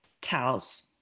towels